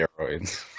steroids